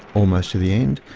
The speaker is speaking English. almost to the end.